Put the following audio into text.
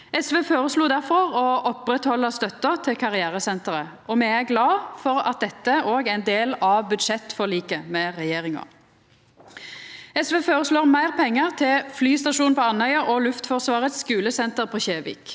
SV føreslo difor å oppretthalda støtta til karrieresenteret. Me er glade for at dette også er ein del av budsjettforliket med regjeringa. SV føreslår meir pengar til flystasjonen på Andøya og Luftforsvarets skulesenter på Kjevik.